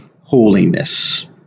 holiness